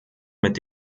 mit